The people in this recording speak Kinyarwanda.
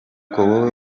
wowe